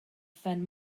phen